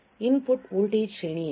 input voltage ಶ್ರೇಣಿ ಏನು